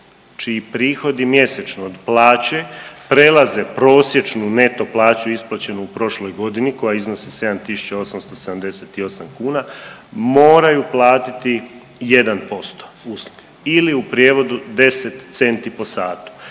čiji prihodi mjesečno od plaće prelaze prosječnu neto plaću isplaćenu u prošloj godini koja iznosi 7878 kuna moraju platiti 1% ili u prijevodu 10 centi po satu.